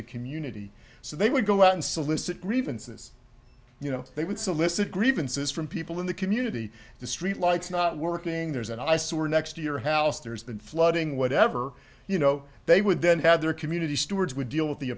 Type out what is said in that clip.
the community so they would go out and solicit grievances you know they would solicit grievances from people in the community the street lights not working there's an eyesore next year house there's been flooding whatever you know they would then had their community stewards would deal with the